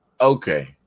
okay